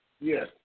yes